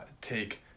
take